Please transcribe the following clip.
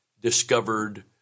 discovered